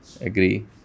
agree